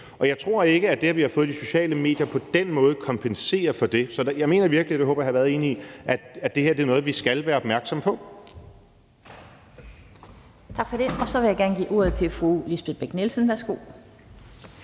jeg tror ikke, at det, at vi har fået de sociale medier, på den måde kompenserer for det. Så jeg mener virkelig, og det håber jeg at hr. Frederik Vad er enig i, at det her er noget, som vi skal være opmærksomme på.